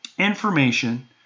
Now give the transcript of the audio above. Information